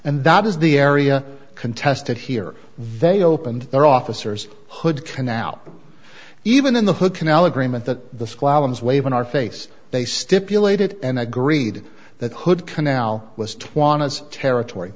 and that is the area contested here they opened their officers hood canal even in the hood canal agreement that the squadrons wave in our face they stipulated and agreed that hood canal was twoness territory